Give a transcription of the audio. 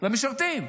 למשרתים.